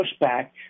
pushback